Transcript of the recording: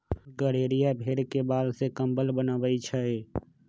गड़ेरिया भेड़ के बाल से कम्बल बनबई छई